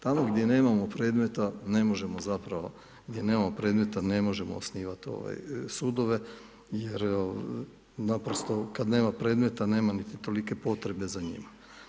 Tamo gdje nemamo predmeta ne možemo zapravo, gdje nemamo predmeta ne možemo osnivati sudove jer naprosto kada nema predmeta nema niti tolike potrebe za njima.